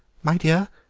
my dear,